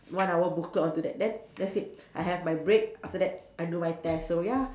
one hour booklet onto that then that's it I have my break after that I do my test so ya